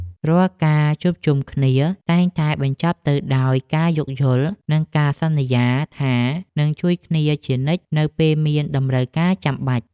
រាល់ការជួបជុំគ្នាតែងតែបញ្ចប់ទៅដោយការយោគយល់ និងការសន្យាថានឹងជួយគ្នាជានិច្ចនៅពេលមានតម្រូវការចាំបាច់។